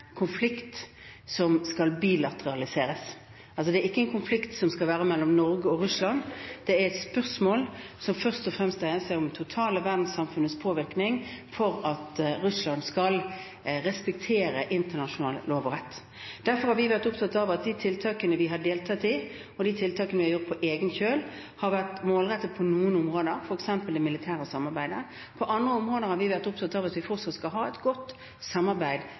konflikt som skal bilateraliseres. Det er altså ikke en konflikt som skal være mellom Norge og Russland, det er et spørsmål som først og fremst dreier seg om det totale verdenssamfunnets påvirkning på Russland for at de skal respektere internasjonal lov og rett. Derfor har vi vært opptatt av at de tiltakene vi har deltatt i, og de tiltakene vi har gjort på egen kjøl på noen områder, har vært målrettet, f.eks. det militære samarbeidet. På andre områder har vi vært opptatt av at vi fortsatt skal ha et godt samarbeid